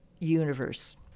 universe